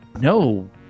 no